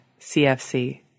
CFC